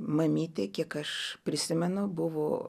mamytė kiek aš prisimenu buvo